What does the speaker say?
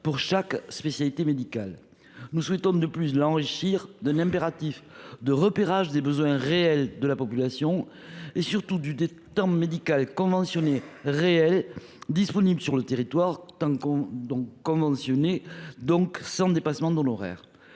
pour chaque spécialité médicale. Nous souhaitons l’enrichir d’un impératif de repérage des besoins réels de la population et surtout du temps médical conventionné réel disponible sur le territoire sans dépassement d’honoraires.